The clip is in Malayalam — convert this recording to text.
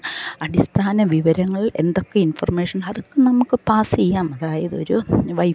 അടിസ്ഥാന വിവരങ്ങൾ എന്തൊക്കെ ഇൻഫർമേഷൻ അതൊക്കെ നമുക്ക് പാസ് ചെയ്യാം അതായതൊരു വൈഫൈ